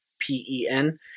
P-E-N